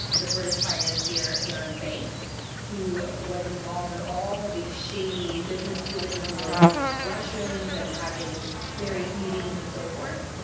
the british financier, arron banks who was involved in all these shady business dealings with russians and having various meetings and so forth.